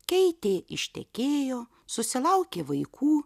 keitė ištekėjo susilaukė vaikų